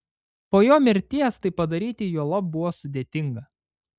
po jo mirties tai padaryti juolab buvo sudėtinga